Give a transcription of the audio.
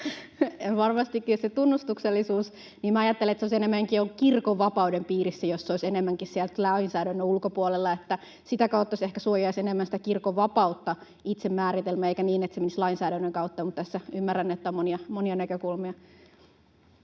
varmastikin se tunnustuksellisuus olisi enemmänkin kirkon vapauden piirissä, jos se olisi enemmänkin siellä lainsäädännön ulkopuolella, ja sitä kautta se ehkä suojaisi enemmän sitä kirkon vapautta itse määritellä kuin silloin, jos se menisi lainsäädännön kautta, mutta ymmärrän, että tässä on monia, monia näkökulmia.